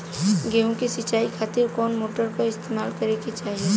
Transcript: गेहूं के सिंचाई खातिर कौन मोटर का इस्तेमाल करे के चाहीं?